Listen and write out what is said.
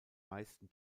meisten